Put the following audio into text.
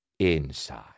inside